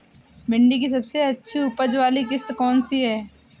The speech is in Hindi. भिंडी की सबसे अच्छी उपज वाली किश्त कौन सी है?